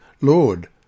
Lord